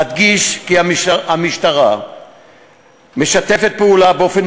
אדגיש כי המשטרה משתפת פעולה באופן